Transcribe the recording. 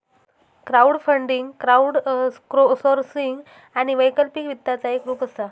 crowdfunding crowdsourcing आणि वैकल्पिक वित्ताचा एक रूप असा